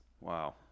Wow